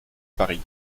paris